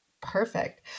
Perfect